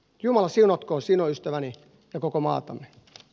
jumala siunatkoon sinua ystäväni ja koko maata t